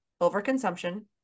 overconsumption